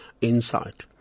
insight